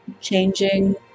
changing